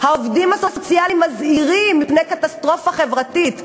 העובדים הסוציאליים מזהירים מפני קטסטרופה חברתית.